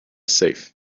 safe